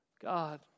God